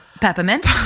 peppermint